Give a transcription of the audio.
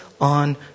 on